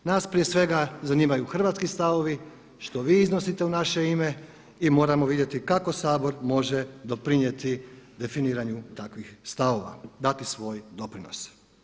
Nas prije svega zanimaju hrvatski stavovi što vi iznosite u naše ime i moramo vidjeti kako Sabor može doprinijeti definiranju takvih stavova, dati svoj doprinos.